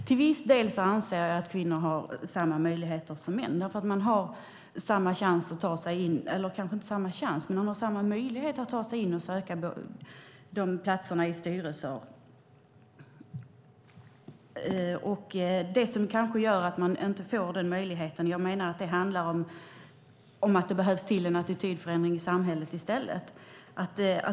Herr talman! Till viss del anser jag att kvinnor har samma möjligheter. Man har kanske inte samma chans, men man har samma möjlighet att ta sig in och söka platser i styrelser. Det som kanske gör att man inte får den möjligheten menar jag handlar om att det behövs en attitydförändring i samhället i stället.